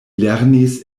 lernis